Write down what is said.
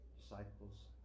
disciples